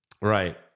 Right